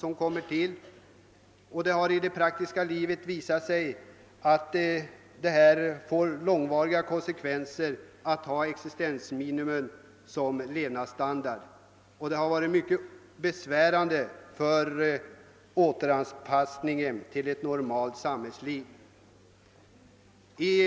I praktiken har det visat sig medföra långvariga konsekvenser att ha existensminimum som levnadsstandard, och det är också mycket besvärande när det gäller återanpassningen till ett normalt samhällsliv.